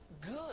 good